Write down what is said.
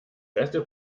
beste